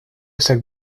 sac